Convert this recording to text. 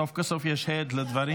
סוף כל סוף יש הד לדברים.